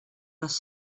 les